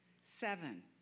seven